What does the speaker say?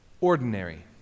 ordinary